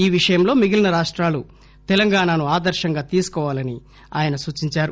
ఈ విషయంలో మిగిలిన రాష్టాలు తెలంగాణను ఆదర్పంగా తీసుకోవాలని ఆయన సూచించారు